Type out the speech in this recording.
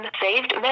saved